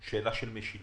יש כאן שאלה של משילות,